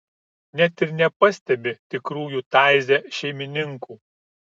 net ir nepastebi tikrųjų taize šeimininkų